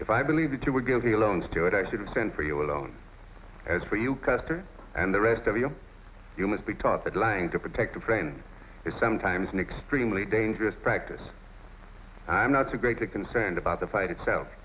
if i believe that you would give the loans to it i shouldn't send for you alone as for you custer and the rest of you you must be taught that lying to protect the brain is sometimes an extremely dangerous practice i'm not so great a concerned about the fight itself